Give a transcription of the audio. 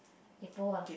kaypo ah